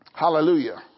Hallelujah